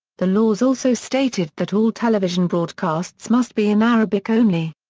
the laws also stated that all television broadcasts must be in arabic only.